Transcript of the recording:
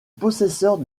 possesseurs